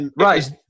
Right